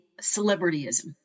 celebrityism